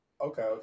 okay